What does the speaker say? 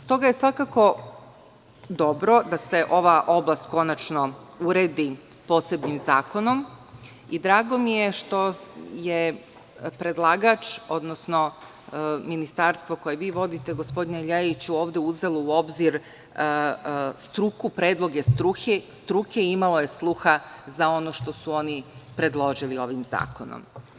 Stoga je, svakako, dobro da se ova oblast konačno uredi posebnim zakonom i drago mi je što je predlagač, odnosno ministarstvo koje vi vodite, gospodine Ljajiću, ovde uzelo u obzir struku, predloge struke i imalo je sluha za ono što su oni predložili ovim zakonom.